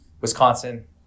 Wisconsin